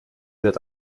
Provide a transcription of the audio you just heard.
wird